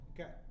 Okay